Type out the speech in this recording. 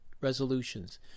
resolutions